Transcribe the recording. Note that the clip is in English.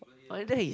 I wonder he's